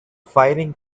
filing